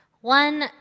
One